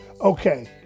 Okay